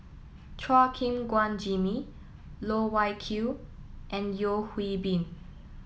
Chua Gim Guan Jimmy Loh Wai Kiew and Yeo Hwee Bin